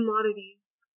commodities